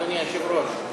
אדוני היושב-ראש,